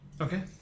Okay